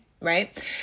right